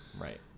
right